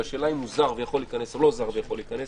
והשאלה אם הוא זר ויכול להיכנס או לא זר ויכול להיכנס,